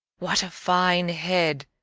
what a fine head!